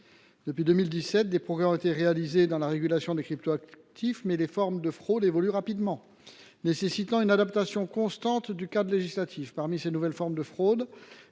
Depuis 2017, des progrès ont été réalisés en la matière, mais les formes de fraudes évoluent rapidement, ce qui nécessite une adaptation constante du cadre législatif. Parmi les nouvelles formes de fraude,